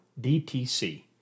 DTC